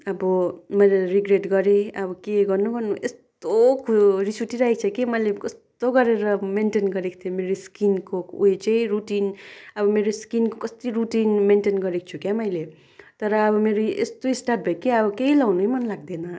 अब मैले रिग्रेट गरे अब के गर्नु गर्नु यस्तो रिस उठिरहेको छ कि मैले कस्तो गरेर मेन्टेन गरेको थिएँ मेरो स्किनको उयो चाहिँ रुटिन अब मेरो स्किनको कति रुटिन मेन्टेन गरेको छु क्या मैले तर अब मेरो यस्तो स्टार्ट भयो कि अब केही लगाउनै मन लाग्दैन